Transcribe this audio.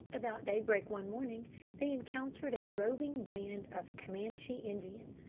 about daybreak one morning they encountered a roving band of camanchee indians,